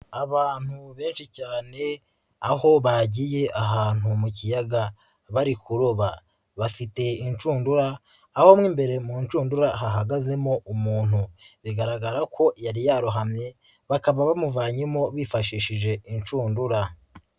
Abantu benshi cyane aho bagiye ahantu mu kiyaga bari kuroba, bafite inshundura aho mo imbere mu nshundura hahagazemo umuntu bigaragara ko yari yarohamye bakaba bamuvanyemo bifashishije inshundura.